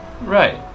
Right